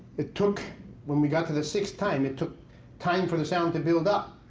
it took when we got to the sixth time, it took time for the sound to build up.